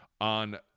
on